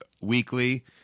weekly